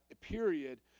period